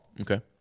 Okay